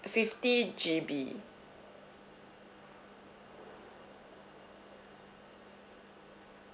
fifty G_B